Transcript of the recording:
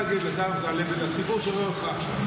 אתה יכול להגיד לשר אמסלם ולציבור שרואה אותך עכשיו: